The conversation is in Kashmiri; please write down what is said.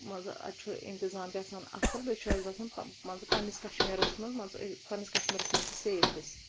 منٛزٕ اتہِ چھُ انتظام تہِ آسان اصل بیٚیہِ چھُ اتہِ باسان پن مان ژٕ پننس کشمیٖرس منٛز مان ژٕ پننس کشمیٖرس منٛز چھِ سیف أسۍ